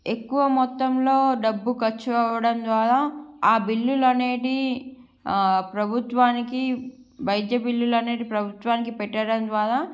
ఎక్కువ మొత్తంలో డబ్బు ఖర్చు అవ్వడం ద్వారా ఆ బిల్లులు అనేటి ఆ ప్రభుత్వానికి వైద్య బిల్లులు అనేది ప్రభుత్వానికి పెట్టడం ద్వారా